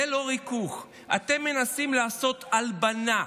זה לא ריכוך, אתם מנסים לעשות הלבנה.